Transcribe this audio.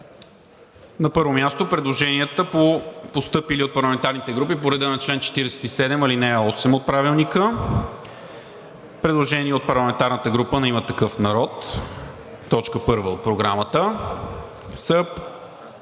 На първо място, предложенията, постъпили от парламентарните групи по реда на чл. 47, ал. 8 от Правилника. 1. Предложение от парламентарната група на „Има такъв народ“ – точка първа от Програмата, са